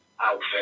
outfit